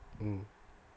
mm